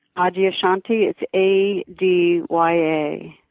ah adyashanti. it's a d y a.